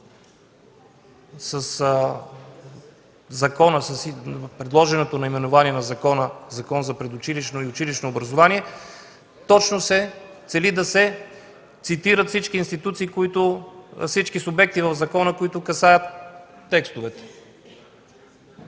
с предложеното наименование на закона – Закон за предучилищното и училищното образование, точно се цели да се цитират всички субекти в закона, които касаят текстовете.